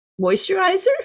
Moisturizer